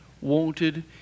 wanted